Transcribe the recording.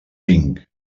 vinc